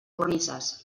cornises